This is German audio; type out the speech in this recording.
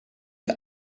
die